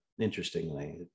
interestingly